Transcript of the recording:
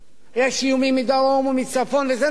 יש איומים מדרום ומצפון, וזה נכון.